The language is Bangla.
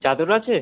চাদর আছে